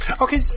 Okay